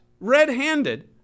red-handed